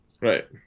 Right